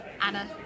Anna